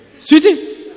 Sweetie